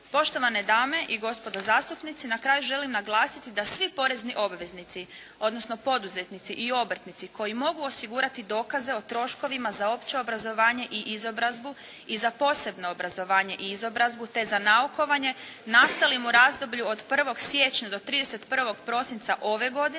Poštovane dame i gospodo zastupnici, na kraju želim naglasiti da svi porezni obveznici, odnosno poduzetnici i obrtnici koji mogu osigurati dokaze o troškovima za opće obrazovanje i izobrazbu i za posebno obrazovanje i izobrazbu te za naukovanje nastalim u razdoblju od 1. siječnja do 31. prosinca ove godine